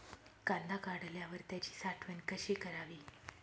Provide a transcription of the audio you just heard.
कांदा काढल्यावर त्याची साठवण कशी करावी?